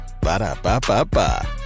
Ba-da-ba-ba-ba